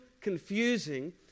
confusing